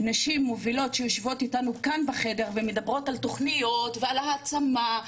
נשים מובילות שיושבות אתנו כאן בחדר ומדברות על תוכניות ועל העצמה,